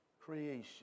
creation